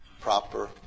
proper